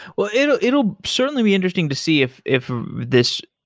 well, it'll it'll certainly be interesting to see if if this